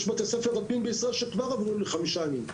ויש בתי ספר רבים בישראל שכבר עברו לחמישה ימים,